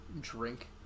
drink